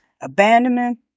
Abandonment